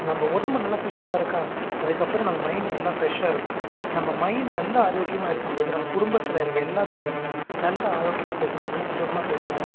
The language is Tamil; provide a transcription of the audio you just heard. நம்ம உடம்பு நல்லா சுறுசுறுப்பாக இருக்கா அதுக்கப்புறம் நம்ம மைண்டு நல்லா ஃப்ரெஷ்ஷாக இருக்கும் நம்ம மைண்டு நல்லா ஆரோக்கியமாக இருக்கும் போது நம்ம குடும்பத்தில் இருக்கற எல்லாத்துக்கிட்டையும் நல்ல ஆரோக்கியமாக பேசுவோம் நல்ல சந்தோசமாக பேசுவோம்